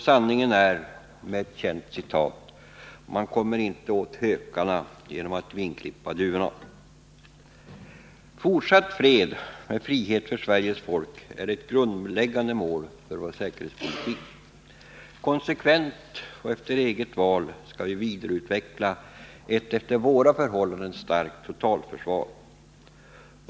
Sanningen kan sägas med ett känt citat: Man kommer inte åt hökarna genom att vingklippa duvorna. Fortsatt fred med frihet för Sveriges folk är ett grundläggande mål för vår säkerhetspolitik. Konsekvent och efter eget val skall vi vidareutveckla ett efter våra förhållanden starkt totalförsvar.